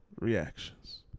Reactions